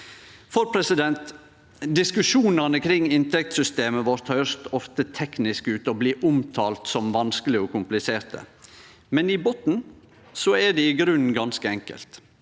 i landet vårt. Diskusjonane kring inntektssystemet høyrest ofte tekniske ut og blir omtalte som vanskelege og kompliserte, men i botn er det i grunnen ganske enkelt.